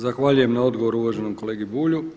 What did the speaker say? Zahvaljujem na odgovoru uvaženom kolegi Bulju.